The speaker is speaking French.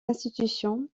institution